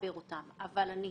עמלות שונות,